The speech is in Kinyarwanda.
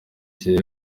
jewe